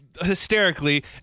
Hysterically